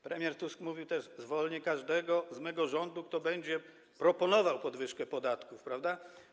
Premier Tusk mówił też o tym, że zwolni każdego z jego rządu, kto będzie proponował podwyżkę podatków, prawda?